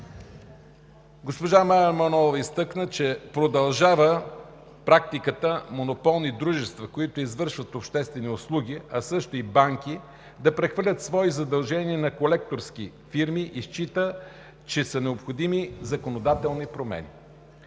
Госпожа Манолова изтъкна, че продължава практиката монополни дружества, които извършват обществени услуги, а също и банки, да прехвърлят свои задължения на колекторски фирми и счита, че са необходими законодателни промени.